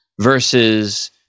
versus